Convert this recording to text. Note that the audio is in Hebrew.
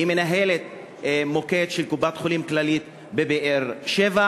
היא מנהלת מוקד של קופת-חולים כללית בבאר-שבע.